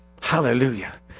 hallelujah